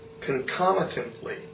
concomitantly